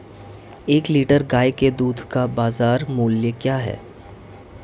एक लीटर गाय के दूध का बाज़ार मूल्य क्या है?